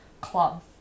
club